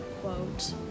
quote